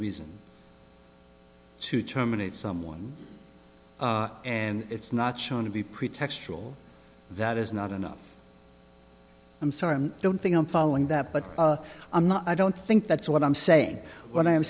reason to terminate someone and it's not shown to be pretextual that is not enough i'm sorry i don't think i'm following that but i'm not i don't think that's what i'm saying wh